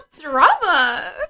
drama